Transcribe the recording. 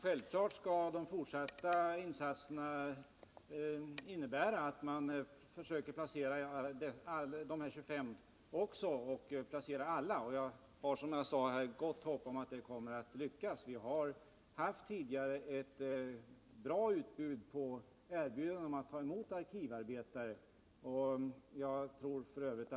Herr talman! De fortsatta insatserna skall man självfallet inrikta på att försöka placera även alla de 25, och jag har, som jag sade, gott hopp om att lyckas. Vi har tidigare haft ett bra utbud av erbjudanden om att man vill ta emot arkivarbetare. Jag tror f.ö.